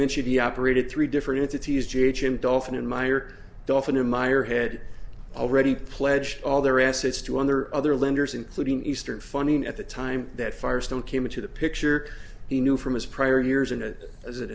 mentioned he operated three different entities g h him dolphin admired dolphin in myer head already pledged all their assets to other other lenders including eastern funding at the time that firestone came into the picture he knew from his prior years in it as